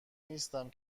نیستم